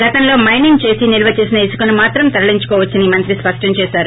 గతంలో మైనింగ్ చేసి నిల్వ చేసిన ఇసుకను మాత్రం తరలించుకోవచ్చని మంత్రి స్పష్టంచేశారు